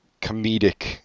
comedic